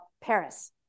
Paris